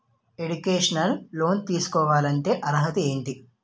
Educational loan తీసుకోవాలంటే అర్హత ఏంటి?